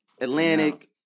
Atlantic